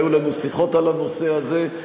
והיו לנו שיחות על הנושא הזה.